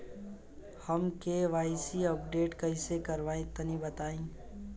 हम KYC updation कइसे करवाई तनि बताई?